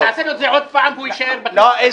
תעשה את זה שוב והוא יישאר בכנסת.